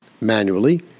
manually